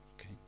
Okay